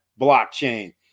blockchain